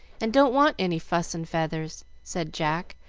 and don't want any fuss and feathers, said jack,